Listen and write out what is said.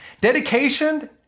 Dedication